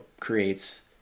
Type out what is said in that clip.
creates